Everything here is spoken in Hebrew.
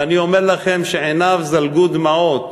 ואני אומר לכם שעיניו זלגו דמעות.